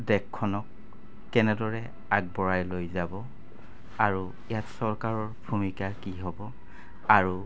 দেশখনক কেনেদৰে আগবঢ়াই লৈ যাব আৰু ইয়াত চৰকাৰৰ ভূমিকা কি হ'ব আৰু